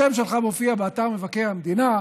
השם שלך מופיע באתר מבקר המדינה,